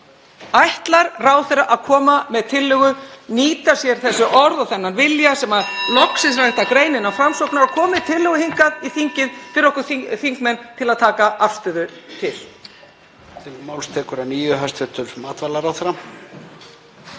Ætlar ráðherra að koma með tillögu, nýta sér þessi orð og þennan vilja sem (Forseti hringir.) loksins er hægt að greina innan Framsóknar og koma með tillögu hingað í þingið fyrir okkur þingmenn til að taka afstöðu til?